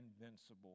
invincible